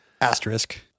Asterisk